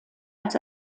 als